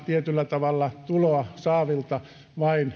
tietyllä tavalla siirtoa tuloa saavilta